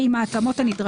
מי בעד?